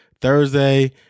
Thursday